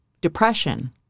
depression